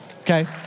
Okay